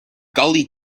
gully